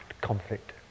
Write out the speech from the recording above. conflict